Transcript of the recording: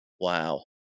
wow